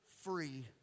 free